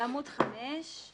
בעמוד 5,